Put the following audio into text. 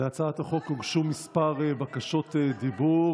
להצעת החוק הוגשו כמה בקשות דיבור.